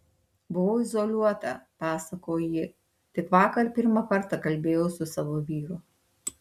buvau izoliuota pasakojo ji tik vakar pirmą kartą kalbėjau su savo vyru